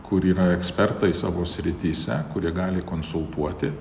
kur yra ekspertai savo srityse kurie gali konsultuoti